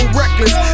reckless